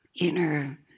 inner